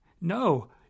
No